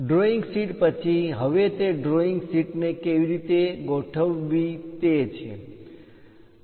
drawing sheet પછી હવે તે ડ્રોઈંગ શીટ ને કેવી રીતે ગોઠવવી તે છે